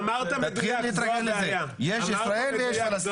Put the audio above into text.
יש ישראל ויש פלסטין, תתחיל להתרגל לזה.